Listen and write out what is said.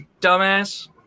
dumbass